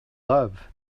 love